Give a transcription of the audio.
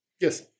Yes